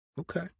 Okay